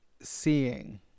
seeing